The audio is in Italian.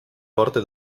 porte